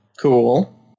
Cool